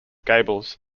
gables